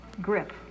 GRIP